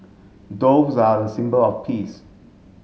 doves are a symbol of peace